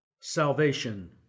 salvation